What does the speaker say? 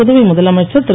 புதுவை முதலமைச்சர் திரு